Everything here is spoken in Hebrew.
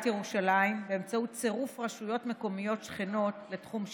ירושלים באמצעות צירוף רשויות מקומיות שכנות לתחום שיפוטה.